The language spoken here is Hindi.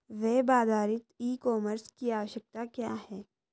वेब आधारित ई कॉमर्स की आवश्यकता क्या है?